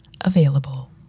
available